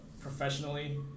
professionally